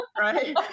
right